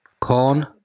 corn